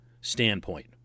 standpoint